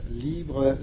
Libre